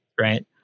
right